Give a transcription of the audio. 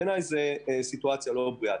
בעיני זו סיטואציה לא בריאה.